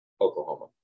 Oklahoma